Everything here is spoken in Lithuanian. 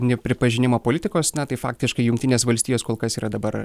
nepripažinimo politikos na tai faktiškai jungtinės valstijos kol kas yra dabar